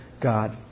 God